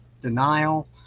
denial